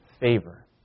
favor